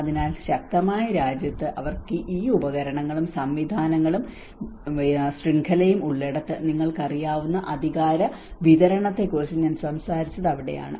അതിനാൽ ശക്തമായ രാജ്യത്ത് അവർക്ക് ഈ ഉപകരണങ്ങളും സംവിധാനങ്ങളും ശൃംഖലയും ഉള്ളിടത്ത് നിങ്ങൾക്കറിയാവുന്ന അധികാര വിതരണത്തെക്കുറിച്ച് ഞാൻ സംസാരിച്ചത് അവിടെയാണ്